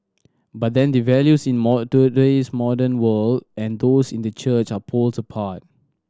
but then the values in modern world and those in the church are poles apart